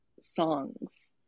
songs